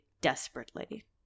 desperately